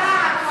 עתיד